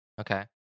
okay